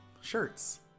shirts